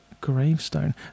gravestone